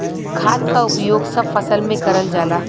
खाद क उपयोग सब फसल में करल जाला